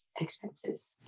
expenses